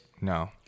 No